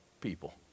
people